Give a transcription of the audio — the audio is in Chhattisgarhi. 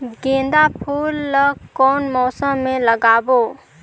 गेंदा फूल ल कौन मौसम मे लगाबो?